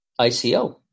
ICO